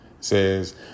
says